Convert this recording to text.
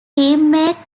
teammates